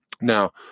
Now